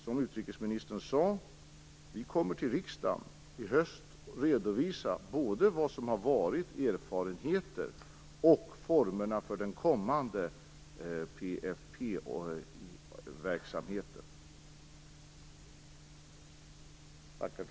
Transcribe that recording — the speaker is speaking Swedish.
Som utrikesministern sade kommer vi att till riksdagen i höst redovisa både vilka erfarenheterna har varit och formerna för den kommande PFF